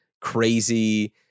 crazy